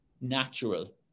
natural